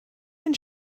den